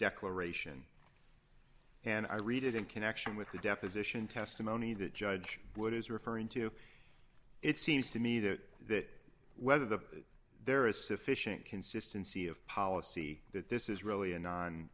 declaration and i read it in connection with the deposition testimony that judge wood is referring to it seems to me that whether the there is sufficient consistency of policy that this is really a non